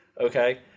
Okay